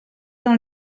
dans